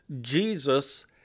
Jesus